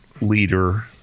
leader